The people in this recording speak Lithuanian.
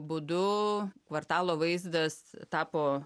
būdu kvartalo vaizdas tapo